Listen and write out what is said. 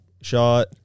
shot